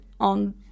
on